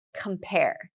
compare